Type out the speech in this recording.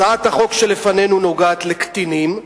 הצעת החוק שלפנינו נוגעת לקטינים,